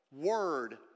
word